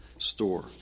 Store